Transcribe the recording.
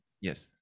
Yes